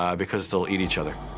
um because they will eat each other.